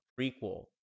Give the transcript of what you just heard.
prequel